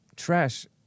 trash